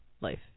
life